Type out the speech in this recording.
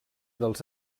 dels